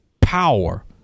power